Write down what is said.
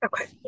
Okay